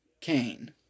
Cain